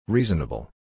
Reasonable